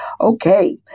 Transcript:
Okay